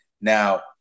Now